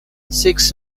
six